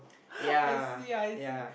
I see I see